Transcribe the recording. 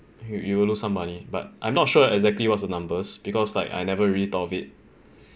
you you will lose some money but I'm not sure exactly what's the numbers because like I never really thought of it